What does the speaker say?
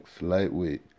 lightweight